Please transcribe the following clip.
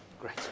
great